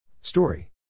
Story